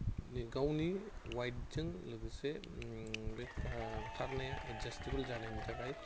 गावनि वाइडजों लोगोसे बे खारनाया एडजास्टेबल जानायनि थाखाय